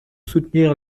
soutenir